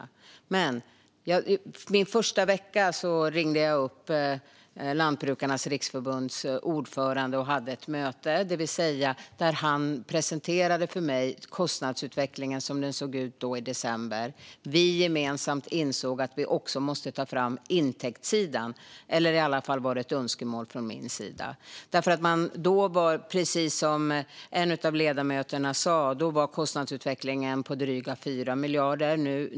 Under min första vecka som minister ringde jag upp Lantbrukarnas Riksförbunds ordförande och hade ett möte, där han för mig presenterade kostnadsutvecklingen som den såg ut i december. Vi insåg gemensamt att vi också måste ta fram intäktssidan, eller i alla fall var det ett önskemål från min sida. Precis som en av ledamöterna sa var kostnadsutvecklingen då på dryga 4 miljarder.